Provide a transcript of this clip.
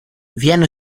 viene